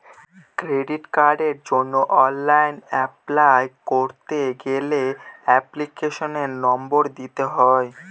credit কার্ডের জন্য online apply করতে গেলে এপ্লিকেশনের নম্বর দিতে হয়